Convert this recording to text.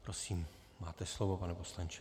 Prosím, máte slovo, pane poslanče.